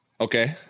Okay